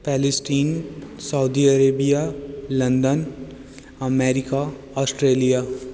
Palestine Saudi Arabia London America Australia